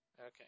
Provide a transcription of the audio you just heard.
Okay